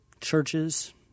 churches